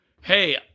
hey